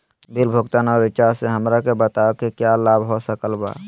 Bill भुगतान और recharge से हमरा बताओ कि क्या लाभ हो सकल बा?